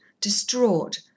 distraught